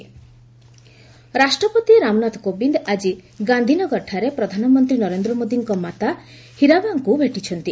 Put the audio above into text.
president Gujarat ରାଷ୍ଟ୍ରପତି ରାମନାଥ କୋବିନ୍ଦ ଆଜି ଗାନ୍ଧିନଗରଠାରେ ପ୍ରଧାନମନ୍ତ୍ରୀ ନରେନ୍ଦ୍ର ମୋଦିଙ୍କ ମାତା ହୀରବାଙ୍କୁ ଭେଟିଛନ୍ତି